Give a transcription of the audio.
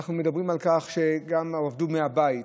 שגם עבדו מהבית,